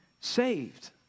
saved